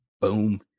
Boom